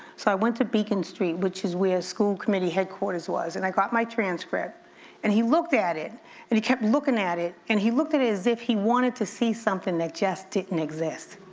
so i went to beacon street which is where school committee headquarters was and i got my transcript and he looked at it and he kept looking at it and he looked at it as if he wanted to see something that just didn't exist.